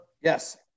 Yes